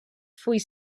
fulls